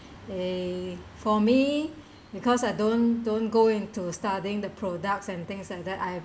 eh for me because I don't don't go into studying the products and things like that I